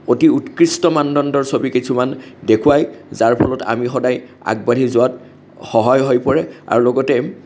অতি উৎকৃষ্ট মানদণ্ডৰ ছবি কিছুমান দেখুৱায় যাৰ ফলত আমি সদায় আগবাঢ়ি যোৱাত সহায় হৈ পৰে আৰু লগতে